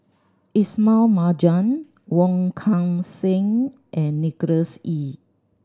Ismail Marjan Wong Kan Seng and Nicholas Ee